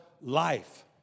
life